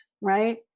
right